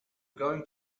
going